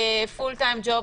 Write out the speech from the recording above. בפול-טיים-ג'וב,